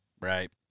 Right